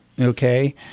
okay